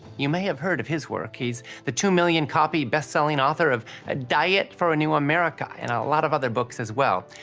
you may have heard of his work. he's the two million copy best selling author of ah diet for a new american and a lot of other books as well.